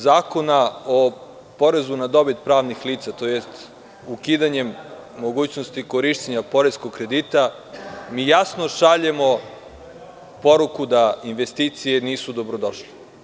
Predlogom zakona o porezu na dobit pravnih lica, tj. ukidanjem mogućnosti korišćenja poreskog kredita, mi jasno šaljemo poruku da investicije nisu dobrodošle.